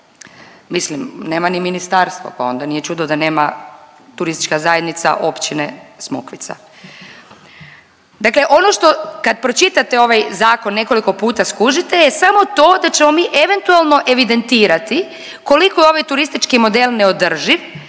Mislim nema ni ministarstvo, pa onda nije čudo da nema turistička zajednica općine Smokvica. Dakle, ono što, kad pročitate ovaj zakon nekoliko puta skužite je samo to da ćemo mi eventualno evidentirati koliko je ovaj turistički model neodrživ,